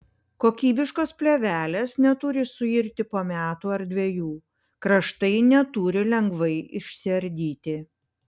kokybiškos plėvelės neturi suirti po metų ar dviejų kraštai neturi lengvai išsiardyti